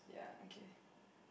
yeah okay